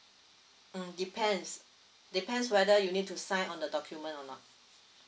mm depends depends whether you need to sign on the document or not